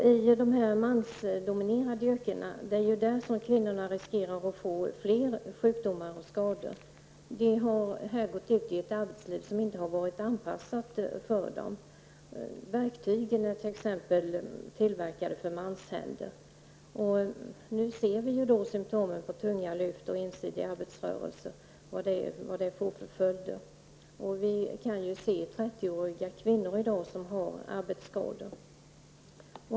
Det är dock i mansdominerande yrken som kvinnorna löper den största risken att få sjukdomar eller skador. Kvinnorna har alltså gått ut i ett arbetsliv som inte har varit anpassat till deras förutsättningar. Verktygen t.ex. är tillverkade för manshänder. Nu ser vi symtomen på vad tunga luft och ensidiga arbetsrörelser resulterar i. 30 år gamla kvinnor kan ju ha arbetsskador.